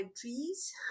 trees